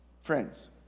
Friends